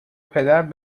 پدرتان